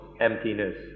emptiness